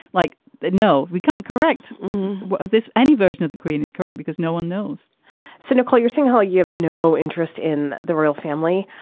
like the no, we can't correct this. any version of the queen is correct because no one knows cynical. you're saying how you have no interest in the royal family?